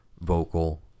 vocal